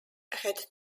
had